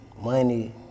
money